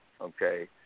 okay